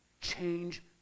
Change